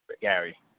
Gary